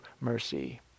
mercy